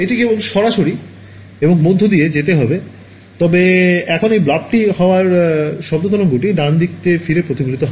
এটি কেবল সরাসরি এবং মধ্য দিয়ে যেতে হবে তবে এখন এই ব্লবটি হওয়ায় শব্দ তরঙ্গটি ডানদিকে ফিরে প্রতিফলিত হয়